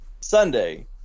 Sunday